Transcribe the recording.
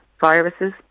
viruses